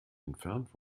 entfernt